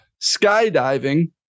skydiving